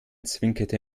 zwinkerte